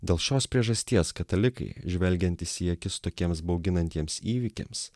dėl šios priežasties katalikai žvelgiantys į akis tokiems bauginantiems įvykiams